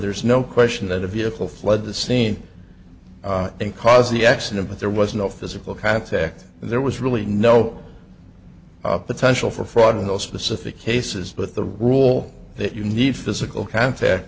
there is no question that a vehicle fled the scene and caused the accident but there was no physical contact there was really no potential for fraud in the specific cases but the rule that you need physical contact